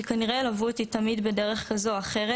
שכנראה ילוו אותי תמיד בדרך כזו או אחרת,